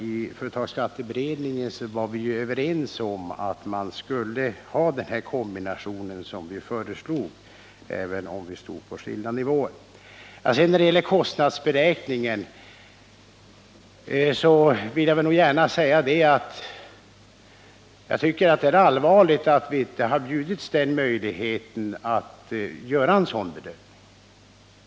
I företagsskatteberedningen var vi överens om att man skulle ha den här kombinationen, även om det sedan fanns förslag om skilda nivåer. Vad beträffar kostnadsberäkningen vill jag gärna säga att jag tycker att det är allvarligt att vi inte har bjudits möjligheten att göra en sådan bedömning.